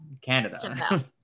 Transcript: Canada